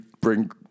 bring